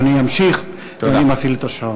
אדוני ימשיך, ואני מפעיל את השעון.